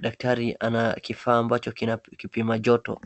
Daktari ana kifaa ambacho kina kipima joto.